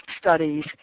studies